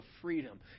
freedom